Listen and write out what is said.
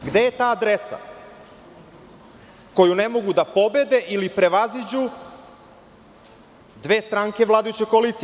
Gde je ta adresa koju ne mogu da pobede ili prevaziđu dve stranke vladajuće koalicije?